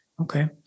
Okay